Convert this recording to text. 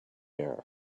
air